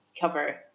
cover